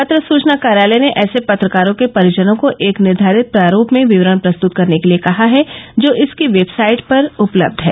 पत्र सुचना कार्यालय ने ऐसे पत्रकारों के परिजनों को एक निर्वारित प्रारूप में विवरण प्रस्तुत करने के लिए कहा है जो इसकी वेबसाइट पर उपलब्ध है